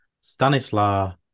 Stanislaw